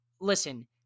Listen